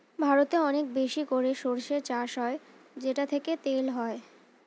ভারতে অনেক বেশি করে সরষে চাষ হয় যেটা থেকে তেল হয়